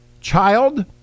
child